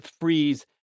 freeze